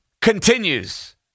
continues